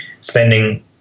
spending